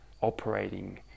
operating